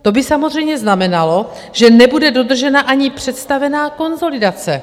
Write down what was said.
To by samozřejmě znamenalo, že nebude dodržena ani představená konsolidace.